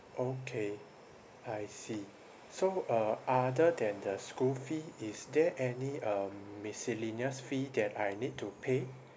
okay I see so uh other than the school fee is there any um miscellaneous fee that I need to pay